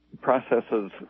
processes